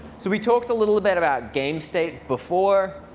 so we talked a little bit about game state before.